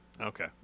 Okay